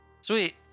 Sweet